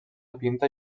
pinta